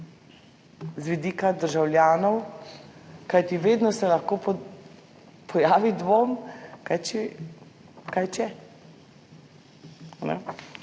z vidika državljanov, kajti vedno se lahko pojavi dvom, kaj če.